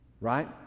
right